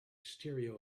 stereo